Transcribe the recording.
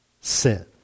sin